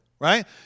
right